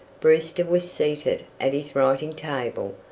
brewster was seated at his writing-table,